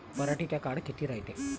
पराटीचा काळ किती रायते?